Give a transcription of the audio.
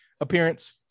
appearance